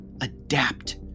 adapt